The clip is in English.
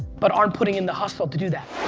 but aren't putting in the hustle to do that.